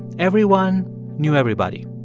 everyone knew everybody.